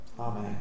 Amen